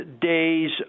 days